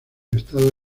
estado